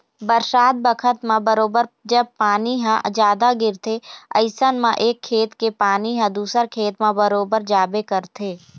बरसात बखत म बरोबर जब पानी ह जादा गिरथे अइसन म एक खेत के पानी ह दूसर खेत म बरोबर जाबे करथे